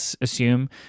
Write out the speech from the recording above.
assume